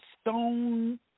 stone